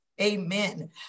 Amen